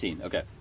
okay